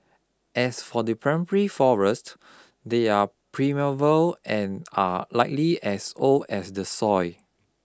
as for the forest they're primeval and are likely as old as the soil